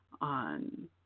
on